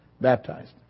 baptized